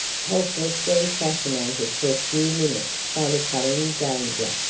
helplessly fascinated for a few minutes by the coming danger.